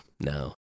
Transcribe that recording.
no